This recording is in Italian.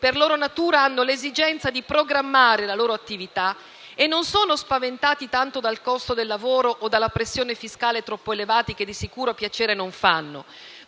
per loro natura hanno l'esigenza di programmare la loro attività e non sono spaventati tanto dal costo del lavoro o dalla pressione fiscale troppo elevati, che di sicuro piacere non fanno,